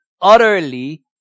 utterly